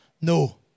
No